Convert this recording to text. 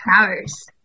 powers